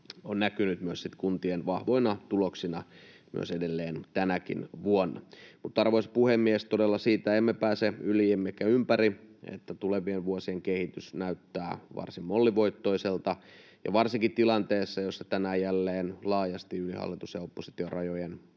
on näkynyt myös kuntien vahvoina tuloksina edelleen tänäkin vuonna. Arvoisa puhemies! Todella siitä emme pääse yli emmekä ympäri, että tulevien vuosien kehitys näyttää varsin mollivoittoiselta. Varsinkin tilanteessa, jossa tänään jälleen laajasti yli hallitus- ja oppositiorajojen